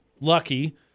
lucky